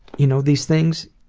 you know, these things.